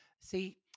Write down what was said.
See